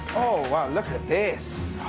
oh, wow, look at this!